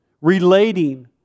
Relating